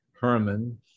Herman